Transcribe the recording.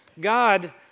God